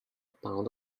pound